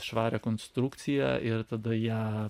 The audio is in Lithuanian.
švarią konstrukciją ir tada ją